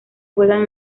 juegan